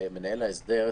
דיברנו על כך שזה לא נדרש,